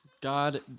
God